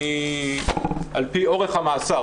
על פי אורך המאסר.